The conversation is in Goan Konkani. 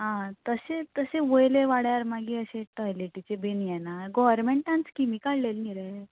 आं तशें तशें वयले वाड्यार मागीर अशें टॉयलेटीचें बीन हे ना गोरमेंटान स्किमी काडलेली न्ही रे